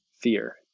fear